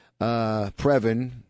Previn